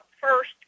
first